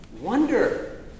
wonder